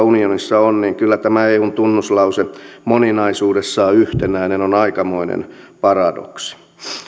unionissa on niin kyllä tämä eun tunnuslause moninaisuudessaan yhtenäinen on aikamoinen paradoksi